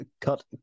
cut